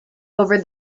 over